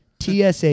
TSA